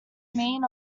mean